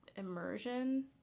immersion